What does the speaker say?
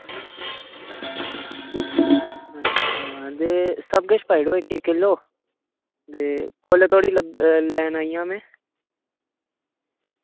अच्छा ते सब किश पाई ओड़ो इक इक किल्लो ते कुसले धोड़ी सब लैन आई जां मैं